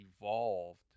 evolved